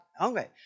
Okay